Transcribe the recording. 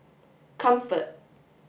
comfort